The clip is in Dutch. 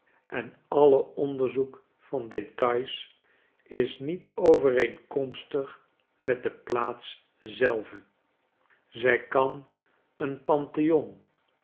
en alle onderzoek van details is niet overeenkomstig met de plaats zelve zij kan een pantheon